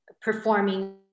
performing